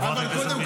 חברת הכנסת מיכאלי.